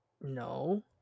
No